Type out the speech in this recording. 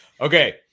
Okay